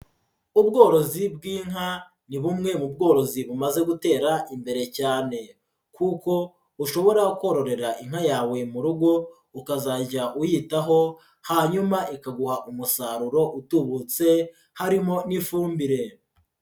Ubworozi bw'inka ni bumwe mu bworozi bumaze gutera imbere cyane, kuko ushobora kororera inka yawe mu rugo ukazajya uyitaho hanyuma ikaguha umusaruro utubutse, harimo n'ifumbire.